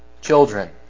Children